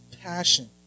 passion